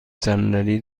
صندلی